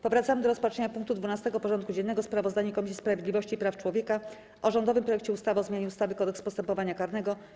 Powracamy do rozpatrzenia punktu 12. porządku dziennego: Sprawozdanie Komisji Sprawiedliwości i Praw Człowieka o rządowym projekcie ustawy o zmianie ustawy - Kodeks postępowania karnego.